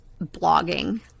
blogging